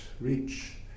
reach